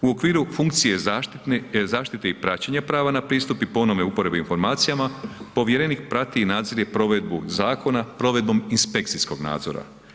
U okviru funkcije zaštite i praćenja prava na pristup i ponovno uporabe informacijama, povjerenik prati i nadzire provedbu zakona, provedbom inspekcijskog nadzora.